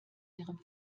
ihrem